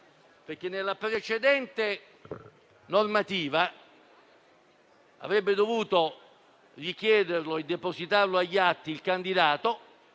perché, secondo la precedente normativa, avrebbe dovuto richiederlo e depositarlo agli atti il candidato,